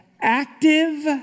active